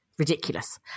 ridiculous